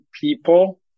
people